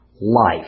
life